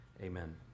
Amen